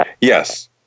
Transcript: Yes